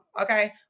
Okay